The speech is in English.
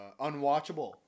Unwatchable